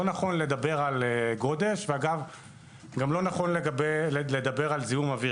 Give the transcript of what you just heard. נכון לדבר על גודש וגם לא על זיהום אוויר.